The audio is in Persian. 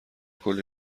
کلی